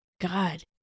god